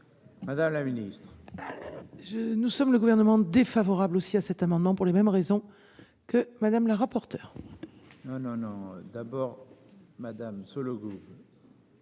Madame la Ministre. Je nous sommes le gouvernement défavorable aussi à cet amendement pour les mêmes raisons que madame la rapporteure. Ah non non d'abord Madame ce logo.